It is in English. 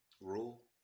rule